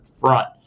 front